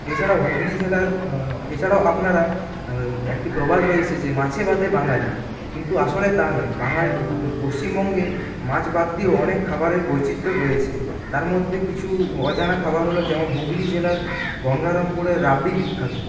এছাড়াও হুগলী জেলার এছাড়াও আপনারা একটি প্রবাদ রয়েছে যে মাছে ভাতে বাঙালি কিন্তু আসলে তা নয় বাঙাল পশ্চিমবঙ্গে মাছ বাদ দিয়েও অনেক খাবারের বৈচিত্র রয়েছে তার মধ্যে কিছু অজানা খাবার হল যেমন হুগলী জেলার গঙ্গারামপুরের রাবড়ি বিখ্যাত